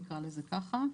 נקרא לזה ככה.